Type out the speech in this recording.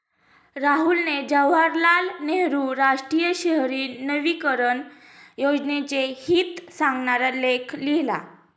राहुलने जवाहरलाल नेहरू राष्ट्रीय शहरी नवीकरण योजनेचे हित सांगणारा लेख लिहिला